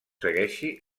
segueixi